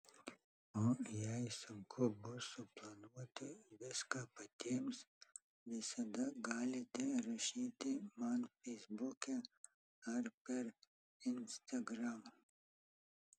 o jei sunku bus suplanuoti viską patiems visada galite rašyti man feisbuke ar per instagram